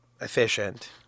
efficient